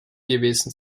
gewesen